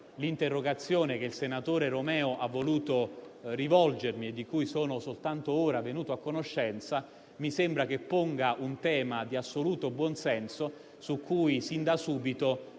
l'interrogazione che il senatore Romeo ha voluto rivolgermi e di cui sono soltanto ora venuto a conoscenza: mi sembra che ponga un tema di assoluto buonsenso su cui sin da subito